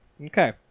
okay